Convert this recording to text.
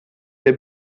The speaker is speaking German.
der